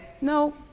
no